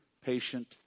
patient